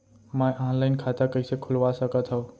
मैं ऑनलाइन खाता कइसे खुलवा सकत हव?